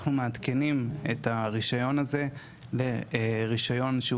אנחנו מעדכנים את הרישיון הזה לרישיון שהוא